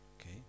Okay